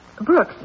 Brooks